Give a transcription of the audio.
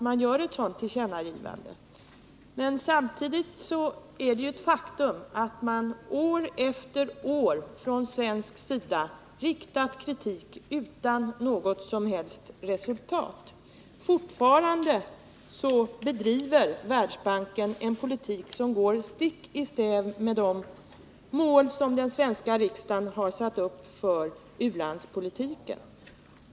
Det är naturligtvis positivt, men samtidigt är det ett faktum att man från svensk sida år efter år framfört kritik utan att uppnå något som helst resultat. Fortfarande bedriver Världsbanken en politik som går stick i stäv mot de mål som den svenska riksdagen har satt upp för u-landspolitiken.